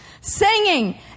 singing